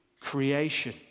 creation